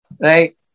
Right